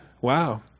wow